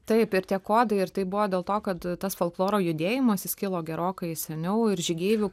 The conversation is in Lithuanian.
taip ir tie kodai ir tai buvo dėl to kad tas folkloro judėjimas kilo gerokai seniau ir žygeivių